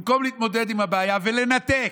במקום להתמודד עם הבעיה ולנתק,